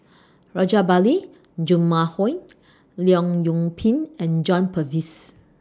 Rajabali Jumabhoy Leong Yoon Pin and John Purvis